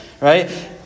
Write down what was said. Right